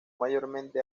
mayormente